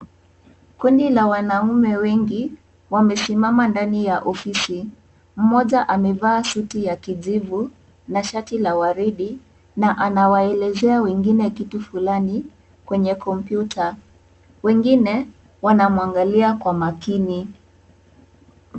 Kundi la wanaume wengi, wamesimama ndani ya ofisi. Mmoja amevaa suti ya kijivu, na shati la waridi, na anawaelezea wengine kitu fulani, kwenye kompyuta. Wengine, wanamwangalia kwa makini.